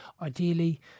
Ideally